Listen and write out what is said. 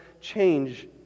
change